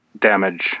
damage